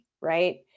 Right